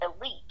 elite